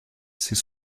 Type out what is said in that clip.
ses